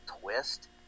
twist